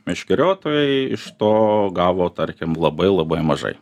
meškeriotojai iš to gavo tarkim labai labai mažai